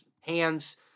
hands